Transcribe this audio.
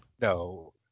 No